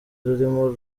rurimo